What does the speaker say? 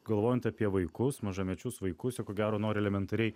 galvojant apie vaikus mažamečius vaikus jie ko gero nori elementariai